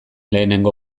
lehenengo